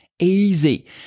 easy